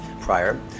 prior